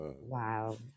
Wow